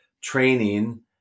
training